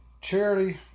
Charity